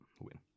win